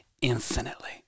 infinitely